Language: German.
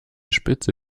spitze